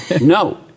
No